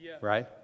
right